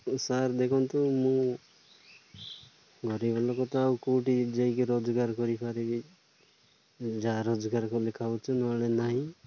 sir ଦେଖନ୍ତୁ ମୁଁ ଗରିବ ଲୋକ ତ ଆଉ କେଉଁଠି ଯାଇକି ରୋଜଗାର କରିପାରିବି ଯାହା ରୋଜଗାର କଲେ ଖାଉଛୁ ନହେଲେ ନାହିଁ